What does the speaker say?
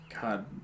God